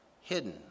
hidden